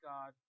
God